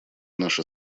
наши